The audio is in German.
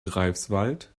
greifswald